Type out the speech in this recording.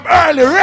early